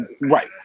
right